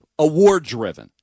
Award-driven